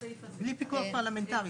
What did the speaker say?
בלי פיקוח פרלמנטרי.